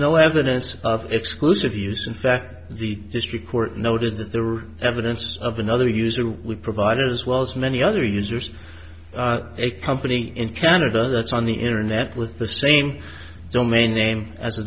no evidence of exclusive use in fact the district court noted that there were evidence of another user with providers as well as many other users a company in canada that's on the internet with the same domain name as the